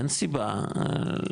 אין סיבה,